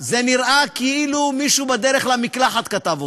זה נראה כאילו מישהו בדרך למקלחת כתב אותן.